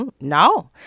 No